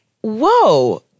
whoa